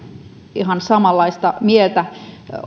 ihan samanlaista mieltä